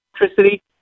electricity